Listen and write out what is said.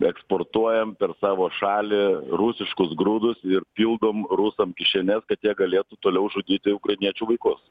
eksportuojam per savo šalį rusiškus grūdus ir pildom rusam kišenes kad jie galėtų toliau žudyti ukrainiečių vaikus